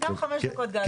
גם חמש דקות זה משהו.